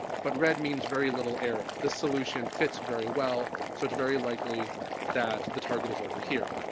but red means very little error. the solution fits very well so it's very likely that the target is over here.